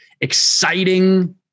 exciting